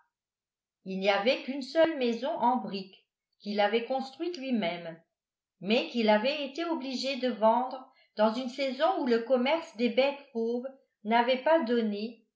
il n'y avait qu'une seule maison en brique quil avait construite lui-même mais qu'il avait été obligé de vendre dans une saison où le commerce des bêtes fauves n'avait pas donné